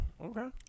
Okay